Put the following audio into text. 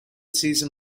season